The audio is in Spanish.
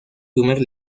primer